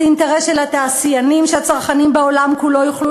זה אינטרס של התעשיינים שהצרכנים בעולם כולו יוכלו